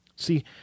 See